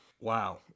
Wow